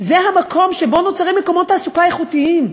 זה המקום שבו נוצרים מקומות תעסוקה איכותיים.